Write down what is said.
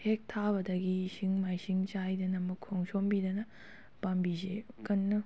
ꯍꯦꯛ ꯊꯥꯕꯗꯒꯤ ꯏꯁꯤꯡ ꯃꯥꯏꯁꯤꯡ ꯆꯥꯏꯗꯅ ꯃꯈꯣꯡ ꯁꯣꯝꯕꯤꯗꯅ ꯄꯥꯝꯕꯤꯁꯦ ꯀꯟꯅ